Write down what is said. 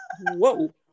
Whoa